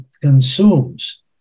consumes